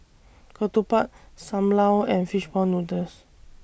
Ketupat SAM Lau and Fish Ball Noodles